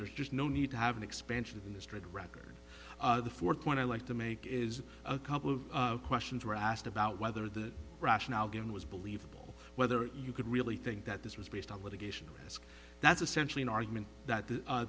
there's just no need to have an expansion in this trade record the fourth point i like to make is a couple of questions were asked about whether the rationale given was believable whether you could really think that this was based on litigation that's essentially an argument that the